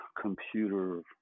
computer